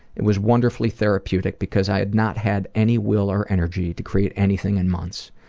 it was wonderfully therapeutic because i had not had any will or energy to create anything in months.